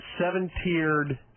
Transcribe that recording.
seven-tiered